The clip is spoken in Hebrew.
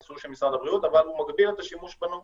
אישור של משרד הבריאות אבל הוא מגביל את השימוש רק